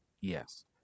Yes